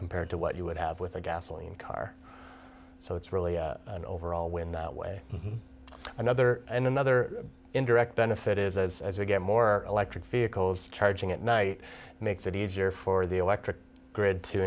compared to what you would have with a gasoline car so it's really an overall win that way or another and another indirect benefit is that as we get more electric vehicles charging at night makes it easier for the electric grid to